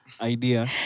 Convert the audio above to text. idea